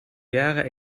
jaren